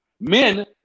Men